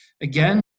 Again